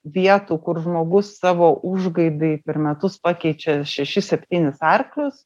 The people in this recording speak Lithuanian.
vietų kur žmogus savo užgaidai per metus pakeičia šešis septynis arklius